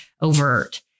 overt